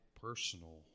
personal